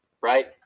right